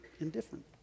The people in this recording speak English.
indifferent